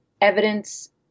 evidence